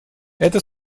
это